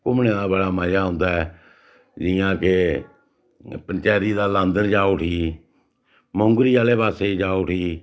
घूमने दा बड़ा मज़ा औंदा ऐ जियां कि पंचैरी दा लांधर जाओ उठी मौंगरी आह्ले पास्सै जाओ उठी